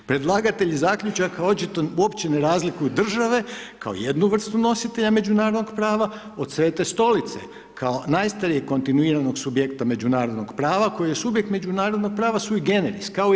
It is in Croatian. Predlagatelj zaključaka, očito uopće ne razlikuje države, kao jednu vrstu nositelja međunarodnog prava, od Svete Stolice, kao najstarije kontinuiranog subjekta međunarodnog prava, koji je subjekt međunarodnog prava su i generis kao i EU.